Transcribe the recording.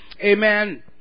Amen